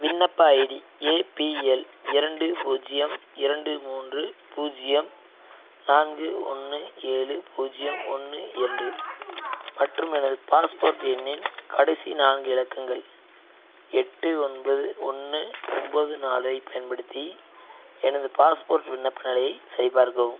விண்ணப்ப ID APL இரண்டு பூஜியம் இரண்டு மூன்று பூஜ்ஜியம் நான்கு ஒன்று ஏழு பூஜ்ஜியம் ஒன்று இரண்டு மற்றும் எனது பாஸ்போர்ட் எண்ணின் கடைசி நான்கு இலக்கங்கள் எட்டு ஒன்பது ஒன்று ஒம்பது நாலைப் பயன்படுத்தி எனது பாஸ்போர்ட் விண்ணப்ப நிலையை சரிபார்க்கவும்